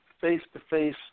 face-to-face